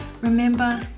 Remember